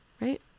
right